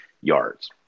yards